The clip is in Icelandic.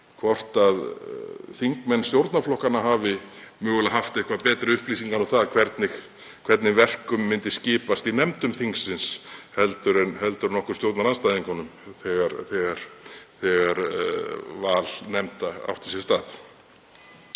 hvort þingmenn stjórnarflokkanna hafi mögulega haft eitthvað betri upplýsingar um það hvernig verk myndu skipast í nefndum þingsins en við stjórnarandstæðingarnir þegar val nefnda átti sér stað.